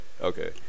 okay